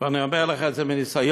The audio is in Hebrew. ואני אומר לך את זה מניסיון,